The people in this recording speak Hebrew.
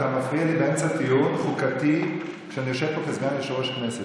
אתה מפריע לי באמצע טיעון חוקתי כשאני יושב פה כסגן יושב-ראש הכנסת.